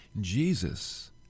Jesus